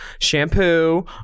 shampoo